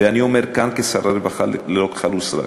ואני אומר כאן, כשר הרווחה, ללא כחל ושרק,